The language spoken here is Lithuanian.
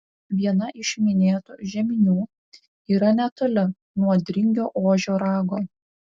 viena iš minėtų žeminių yra netoli nuo dringio ožio rago